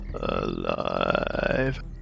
alive